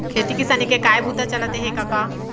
खेती किसानी के काय बूता चलत हे कका?